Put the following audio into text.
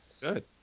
Good